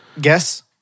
Guess